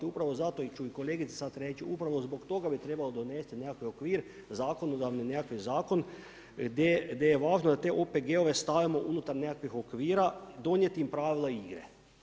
Upravo zato ću i kolegici sada reći, upravo zbog toga bi trebalo donesti nekakav okvir, zakonodavni, nekakav zakon, gdje je važno da te OPG-ove stavimo unutar nekakvih okvira, donijeti pravila igre.